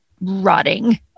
rotting